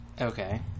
okay